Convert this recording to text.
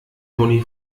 toni